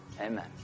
Amen